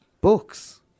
Books